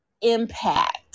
impact